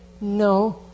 No